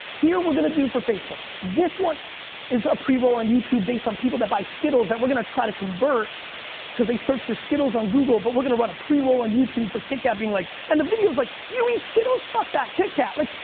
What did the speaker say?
here, we're gonna do for facebook. this one is ah preroll on youtube based on people that buy skittles that we're gonna try to convert cuz they searched for skittles on google, but we're gonna run a preroll on youtube for kit kat being like, and the video's like you eat skittles? fuck that, kit kat. like,